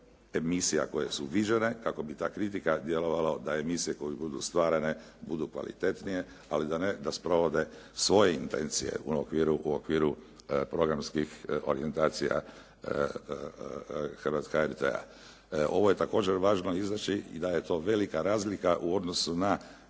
emisija koje su viđene kako bi ta kritika djelovala na emisije koje budu stvarane, budu kvalitetnije, ali da ne, da sprovode svoje intencije u okviru programskih orijentacija HRT-a. Ovo je također važno izreći i da je to velika razlika u odnosu na